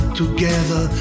together